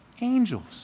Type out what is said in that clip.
angels